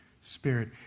spirit